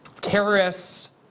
terrorists